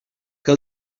que